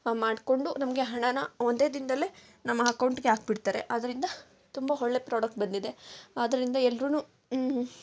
ಮಾಡ್ಕೊಂಡು ನಮಗೆ ಹಣನ ಒಂದೇ ದಿನದಲ್ಲಿ ನಮ್ಮ ಹಕೌಂಟ್ಗೆ ಹಾಕಿ ಬಿಡ್ತಾರೆ ಆದ್ರಿಂದ ತುಂಬ ಒಳ್ಳೆ ಪ್ರಾಡಕ್ಟ್ ಬಂದಿದೆ ಆದ್ರಿಂದ ಎಲ್ರೂ